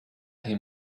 him